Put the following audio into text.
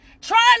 trying